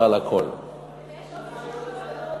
האכסניה המכובדת הזאת זימנה אותנו,